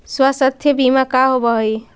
स्वास्थ्य बीमा का होव हइ?